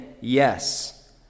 yes